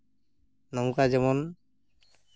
ᱱᱚᱝᱠᱟ ᱡᱮᱢᱚᱱ